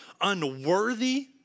unworthy